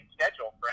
schedule